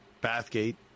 Bathgate